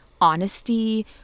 honesty